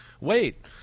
wait